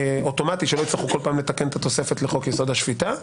אוטומציה ולמנוע את הצורך לתקן בכל פעם את התוספת לחוק יסוד השפיטה,